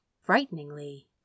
frighteningly